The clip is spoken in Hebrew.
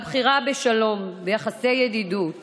ויש בחירה בשלום וביחסי ידידות